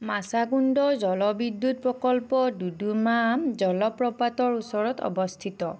মাচাকুন্দ জলবিদ্যুৎ প্ৰকল্প ডুডুমা জলপ্ৰপাতৰ ওচৰত অৱস্থিত